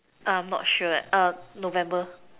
not sure November